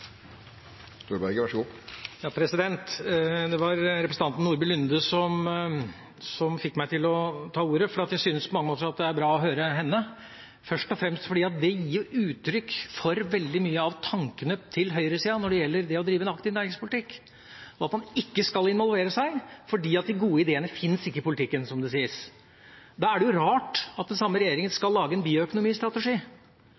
å ta ordet. Jeg syns på mange måter at det er bra å høre henne, først og fremst fordi hun gir uttrykk for veldig mange av tankene til høyresida når det gjelder det å drive en aktiv næringspolitikk. Man skal ikke involvere seg, fordi de gode ideene finnes ikke i politikken, som det sies. Da er det jo rart at den samme regjeringen skal lage en bioøkonomistrategi.